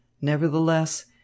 Nevertheless